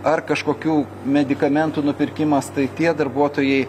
ar kažkokių medikamentų nupirkimas tai tie darbuotojai